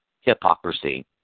hypocrisy